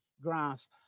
grass